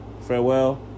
farewell